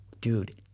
dude